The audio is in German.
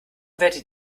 werdet